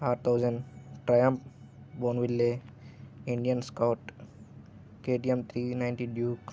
are thousand Triumph Bonneville Indian Scout KTM three ninety Duke